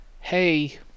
hey